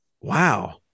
wow